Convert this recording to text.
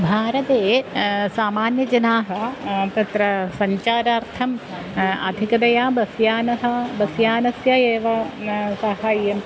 भारते सामान्यजनाः तत्र सञ्चारार्थम् अधिकतया बस् यानं बस् यानस्य एव सहायम्